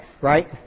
Right